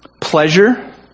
pleasure